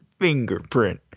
fingerprint